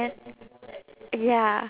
ya